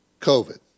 COVID